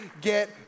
get